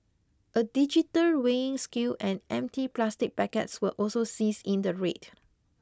a digital weighing scale and empty plastic packets were also seized in the raid